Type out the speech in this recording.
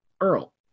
Earl